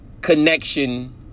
connection